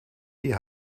die